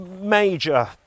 major